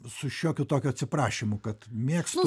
su šiokiu tokiu atsiprašymu kad mėgstu